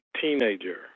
teenager